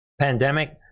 pandemic